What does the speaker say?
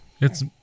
It's-